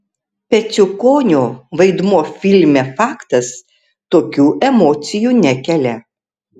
peciukonio vaidmuo filme faktas tokių emocijų nekelia